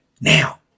Now